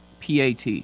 PAT